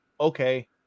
Okay